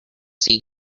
sea